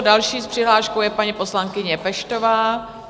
Další s přihláškou je paní poslankyně Peštová.